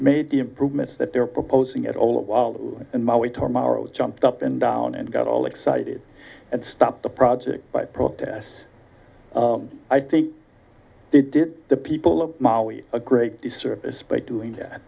made the improvements that they're proposing at all and my way to morrow jumped up and down and got all excited and stopped the project by protests i think they did the people of mali a great disservice by doing that